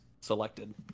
selected